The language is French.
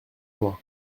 loin